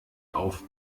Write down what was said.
auf